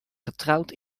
getrouwd